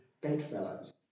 bedfellows